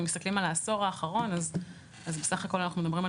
מורים צריכים תשובה לשתי שאלות: א' איך אנחנו מזהים,